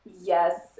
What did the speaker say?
yes